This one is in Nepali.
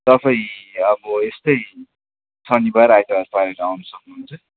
तपाईँ अब यस्तै शनिबार आइतबार पारेर आउनु सक्नुहुन्छ